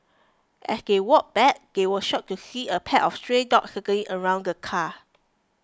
as they walked back they were shocked to see a pack of stray dogs circling around the car